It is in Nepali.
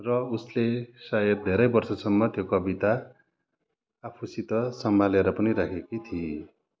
र उसले सायद धेरै वर्षसम्म त्यो कविता आफूसित सम्हालेर पनि राखेकी थिई